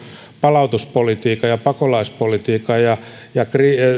palautuspolitiikan ja pakolaispolitiikan ja ja